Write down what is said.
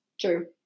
true